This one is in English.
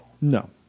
no